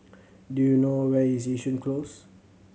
do you know where is Yishun Close